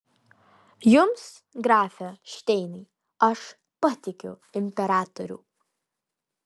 jums grafe šteinai aš patikiu imperatorių